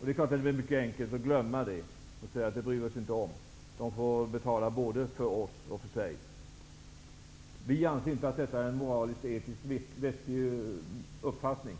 Det är mycket lätt att glömma det och säga att vi inte bryr oss om det och att de får betala både för oss och för sig själva. Vi anser inte att detta är en moraliskt och etiskt vettig uppfattning.